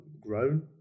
grown